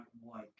White